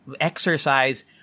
exercise